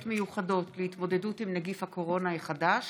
מיוחדות להתמודדות עם נגיף הקורונה החדש